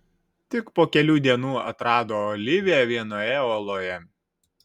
tik po kelių dienų atrado oliviją vienoje oloje